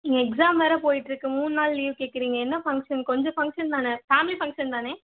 exam வேறு போயிட்டிருக்கு மூணு நாள் லீவு கேட்குறீங்க என்ன ஃபங்ஷன் கொஞ்சம் ஃபங்ஷன் தானே ஃபேம்லி ஃபங்ஷன் தானே